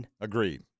Agreed